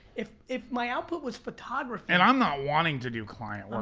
if if my output was photography, and i'm not wanting to do client work.